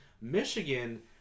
Michigan